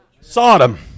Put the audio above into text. Sodom